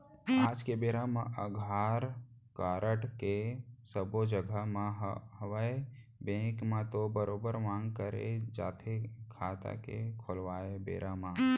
आज के बेरा म अधार कारड के सब्बो जघा मांग हवय बेंक म तो बरोबर मांग करे जाथे खाता के खोलवाय बेरा म